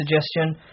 suggestion